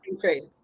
trades